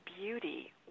beauty